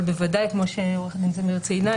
בוודאי כמו שעורכת הדין זמיר ציינה,